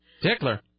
Tickler